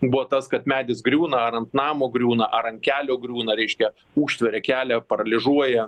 buvo tas kad medis griūna ar ant namo griūna ar ant kelio griūna reiškia užtveria kelią paralyžiuoja